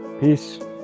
Peace